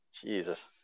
Jesus